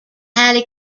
halle